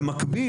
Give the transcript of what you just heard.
במקביל,